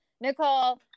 Nicole